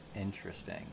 Interesting